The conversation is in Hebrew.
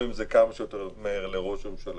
נבוא עם זה כמה שיותר מהר לראש הממשלה